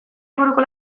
inguruko